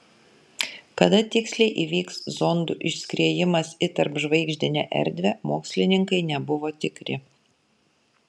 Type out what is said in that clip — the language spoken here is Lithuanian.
kada tiksliai įvyks zondų išskriejimas į tarpžvaigždinę erdvę mokslininkai nebuvo tikri